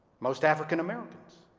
most african-americans,